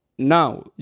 Now